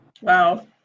wow